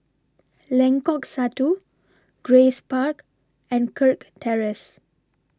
Lengkok Satu Grace Park and Kirk Terrace